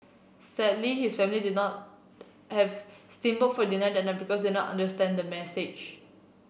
sadly his family did not have steam boat for dinner that night because they not understand the message